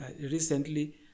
recently